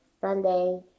Sunday